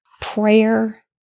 Prayer